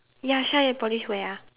ya shine and polish where ah